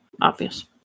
obvious